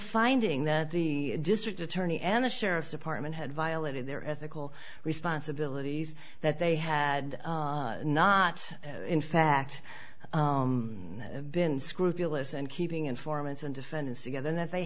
finding that the district attorney and the sheriff's department had violated their ethical responsible these that they had not in fact been scrupulous and keeping informants and defendants together that they